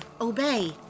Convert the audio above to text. Obey